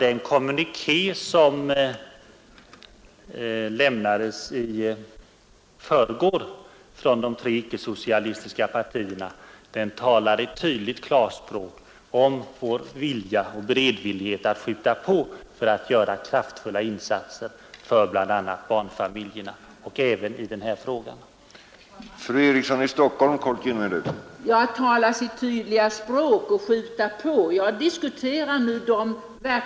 Den eniga kommuniké som lämnades i förrgår från de tre icke-socialistiska partierna, talar ett tydligt klarspråk om vår vilja och beredvillighet att skjuta på för att göra kraftfulla insatser för bl.a. barnfamiljerna, och detta gäller även i frågan om barntillsynen.